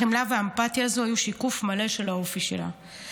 החמלה והאמפתיה האלה היו שיקוף מלא של האופי שלה.